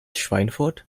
schweinfurt